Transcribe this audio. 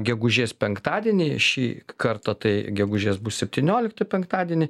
gegužės penktadienį šį kartą tai gegužės bus septyniolika penktadienį